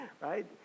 right